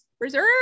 Reserve